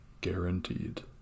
Guaranteed